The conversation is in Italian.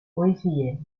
poesie